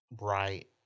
right